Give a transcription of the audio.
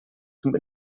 zum